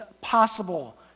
possible